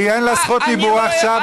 כי אין לה זכות דיבור עכשיו.